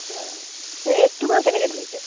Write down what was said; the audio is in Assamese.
অঁ এই ৰেটটো বাৰু কেনেকৈ ধৰিছে